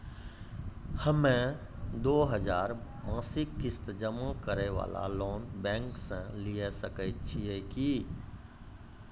हम्मय दो हजार मासिक किस्त जमा करे वाला लोन बैंक से लिये सकय छियै की?